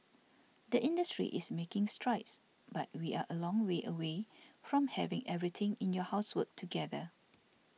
the industry is making strides but we are a long way away from having everything in your house work together